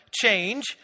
change